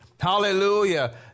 Hallelujah